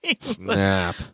Snap